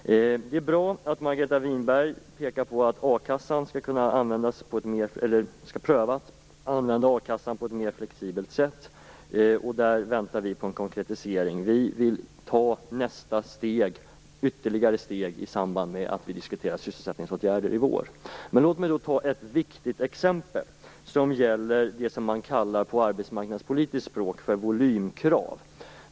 Det är bra att Margareta Winberg vill pröva att använda a-kassan på ett mer flexibelt sätt. Där väntar vi på en konkretisering. Vi vill ta ytterligare steg i samband med att vi diskuterar sysselsättningsåtgärder i vår. Låt mig ta ett viktigt exempel som gäller det man på arbetsmarknadspolitiskt språk kallar för volymkrav.